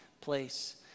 place